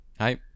Hi